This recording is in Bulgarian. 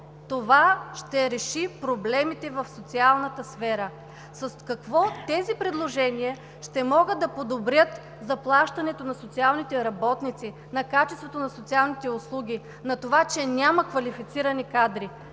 това ще реши проблемите в социалната сфера? С какво тези предложения ще могат да подобрят заплащането на социалните работници, на качеството на социалните услуги, на това, че няма квалифицирани кадри?